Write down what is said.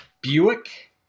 Buick